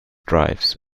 drives